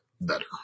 better